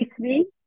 three